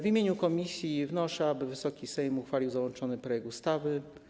W imieniu komisji wnoszę, aby Wysoki Sejm uchwalił załączony projekt ustawy.